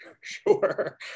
Sure